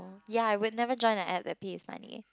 ya I would never join an app that pays money